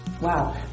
Wow